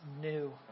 new